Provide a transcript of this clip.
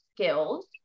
skills